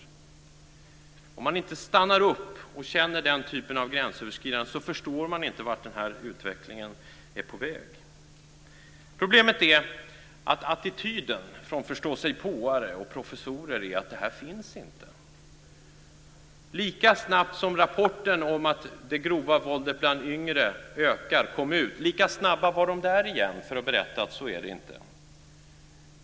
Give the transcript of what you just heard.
Om man inte stannar upp och känner den typen av gränsöverskridanden förstår man inte var den här utvecklingen är på väg. Problemet är att attityden från förståsigpåare och professorer är att det här inte finns. Lika snabbt som rapporten om att det grova våldet bland yngre ökar kom ut, lika snabbt var de där igen för att berätta att så är det inte.